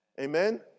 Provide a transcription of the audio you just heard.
Amen